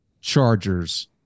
Chargers